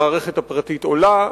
המערכת הפרטית עולה,